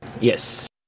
Yes